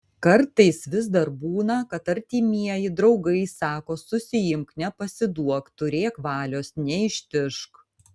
kartais vis dar būna kad artimieji draugai sako susiimk nepasiduok turėk valios neištižk